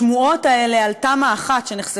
הפעם אני אגן על שר האוצר,